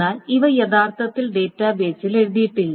എന്നാൽ ഇവ യഥാർത്ഥത്തിൽ ഡാറ്റാബേസിൽ എഴുതിയിട്ടില്ല